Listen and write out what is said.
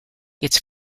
its